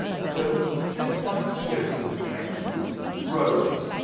so this might suggest there's a connection with rhodes.